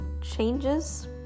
changes